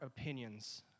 opinions